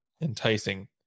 enticing